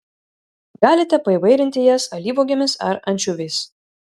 galite paįvairinti jas alyvuogėmis ar ančiuviais